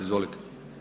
Izvolite.